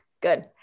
good